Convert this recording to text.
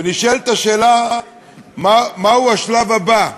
ונשאלת השאלה, מהו השלב הבא?